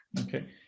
Okay